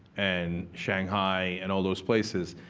and shanghai, and all those places.